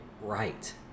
right